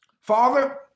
Father